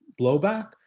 blowback